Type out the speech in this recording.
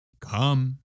Come